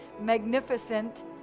magnificent